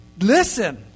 listen